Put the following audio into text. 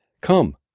Come